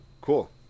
Cool